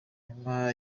nyuma